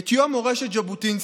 את יום מורשת ז'בוטינסקי,